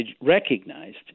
recognized